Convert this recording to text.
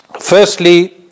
Firstly